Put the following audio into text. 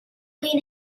clean